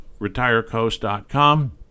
retirecoast.com